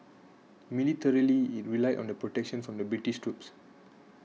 militarily it relied on the protection from the British troops